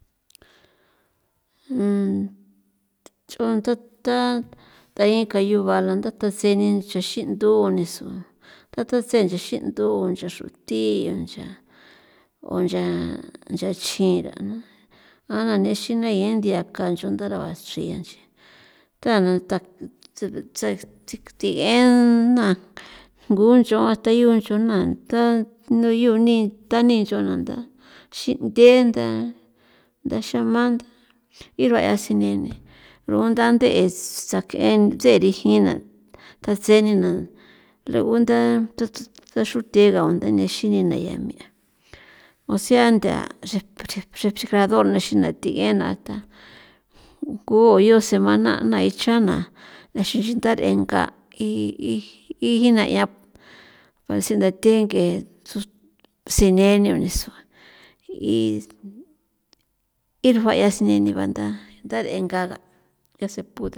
nch'on ndota tayin kayuba la nda tasini ncha xindu niso ta tase nchi ndu ncha xindu nche xrutiya o nchaa ncha xjin rana a nixin ni yen nthia kanch'on o ndaraba chri an nchi thig'ena ngucho hasta yu ncho na ta nuyuni tani nchona nda xinthenda ndaxemanda ir'uea sineni runda nde'e sank'e tse rijina ndatse nena rogunda toxruthe gaunda nexin nina ya mi ósea ntha adorno thi xiguenatha ngu yoo semana nana ichana nexinxi tar'enga y iji ijina 'ian basi ndatheng'e sus sineni o nisu y xra ba'ia sineni banda ndar'enga nga ya se pudo.